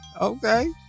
okay